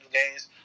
games